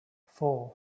four